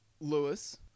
Lewis